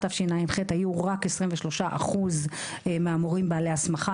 תשע"ח היו רק 23% מהמורים בעלי הסמכה,